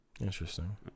Interesting